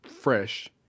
fresh